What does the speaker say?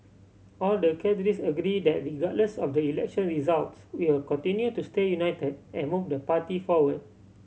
all the cadres agree that regardless of the election results we'll continue to stay united and move the party forward